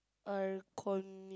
iconic